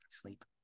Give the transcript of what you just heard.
sleep